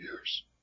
years